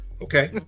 okay